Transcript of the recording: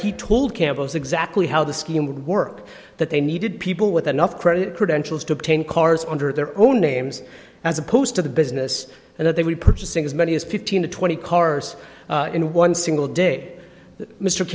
he told campbell's exactly how the scheme would work that they needed people with enough credit credentials to obtain cars under their own names as opposed to the business and that they were purchasing as many as fifteen to twenty cars in one single day mr